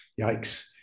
yikes